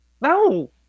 no